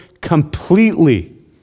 completely